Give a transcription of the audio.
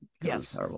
yes